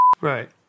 Right